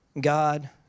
God